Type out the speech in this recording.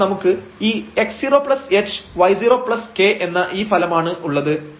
അതായത് നമുക്ക് ഈ x0hy0k എന്ന ഈ ഫലം ആണ് ഉള്ളത്